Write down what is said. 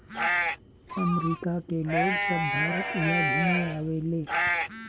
अमरिका के लोग सभ भारत इहा घुमे आवेले